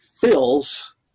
fills